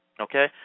Okay